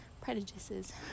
prejudices